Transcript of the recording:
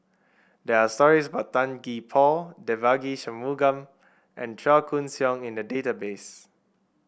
there are stories about Tan Gee Paw Devagi Sanmugam and Chua Koon Siong in the database